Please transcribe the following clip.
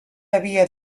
havia